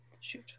shoot